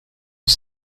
aux